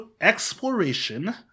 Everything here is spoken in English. exploration